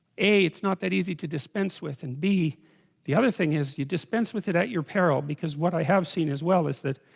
a it's not that easy to dispense with and b the other thing is you dispense with it at your peril because what i have seen as, well is that?